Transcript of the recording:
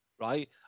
right